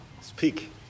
speak